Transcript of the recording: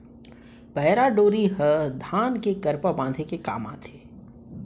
पैरा डोरी ह धान के करपा बांधे के काम आथे